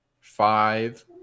Five